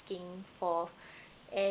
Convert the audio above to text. for and